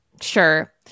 Sure